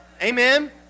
amen